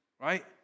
right